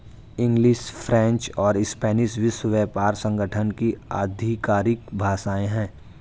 English, French और Spanish विश्व व्यापार संगठन की आधिकारिक भाषाएं है